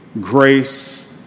grace